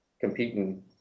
competing